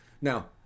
Now